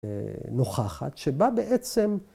‫נוכחת, שבה בעצם...